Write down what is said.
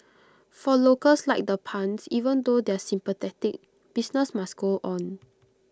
for locals like the Puns even though they're sympathetic business must go on